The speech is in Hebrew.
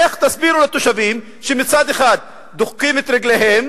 איך תסבירו לתושבים שמצד אחד דוחקים את רגליהם